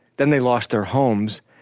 then they lost their homes,